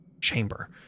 chamber